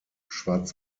schwarz